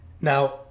now